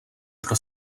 pro